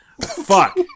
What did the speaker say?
Fuck